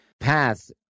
path